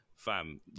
fam